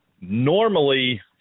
Normally